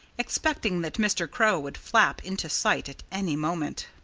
expecting that mr. crow would flap into sight at any moment.